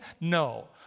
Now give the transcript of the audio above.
No